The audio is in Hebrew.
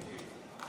אני, אלי אליהו כהן,